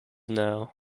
now